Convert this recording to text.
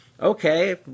Okay